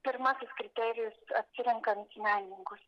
pirmasis kriterijus atsirenkant menininkus